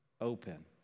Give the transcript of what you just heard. open